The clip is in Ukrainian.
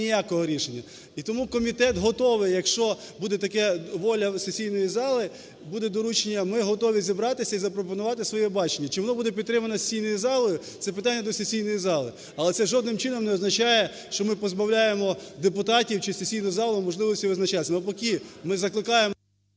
ніякого рішення. І тому комітет готовий, якщо буде така воля сесійної зали, буде доручення, ми готові зібратися і запропонувати своє бачення чи воно буде підтримано сесійною залою, це питання до сесійної зали. Але це жодним чином не означає, що ми позбавляємо депутатів чи сесійну залу можливості визначатися, навпаки, ми закликаємо…